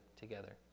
together